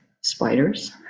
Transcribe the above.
spiders